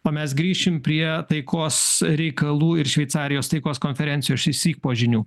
o mes grįšim prie taikos reikalų ir šveicarijos taikos konferencijos išsyk po žinių